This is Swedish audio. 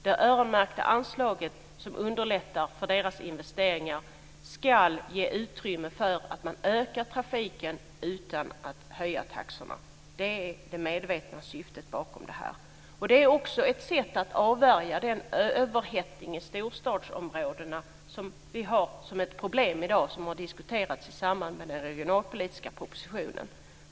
Det öronmärkta anslaget, som underlättar för deras investeringar, ska ge utrymme för att öka trafiken utan att höja taxorna. Det är det medvetna syftet bakom det här. Det är också ett sätt att avvärja den överhettning i storstadsområdena som är ett problem i dag, som har diskuterats i samband med den regionalpolitiska propositionen.